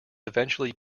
eventually